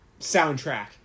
soundtrack